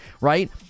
right